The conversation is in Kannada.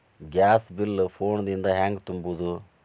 ಗ್ಯಾಸ್ ಬಿಲ್ ಫೋನ್ ದಿಂದ ಹ್ಯಾಂಗ ತುಂಬುವುದು?